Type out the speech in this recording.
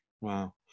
Wow